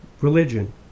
religion